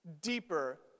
deeper